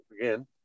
again